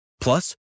Plus